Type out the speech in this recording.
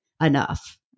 enough